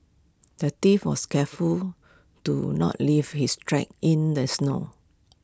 the thief was careful to not leave his tracks in the snow